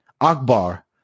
Akbar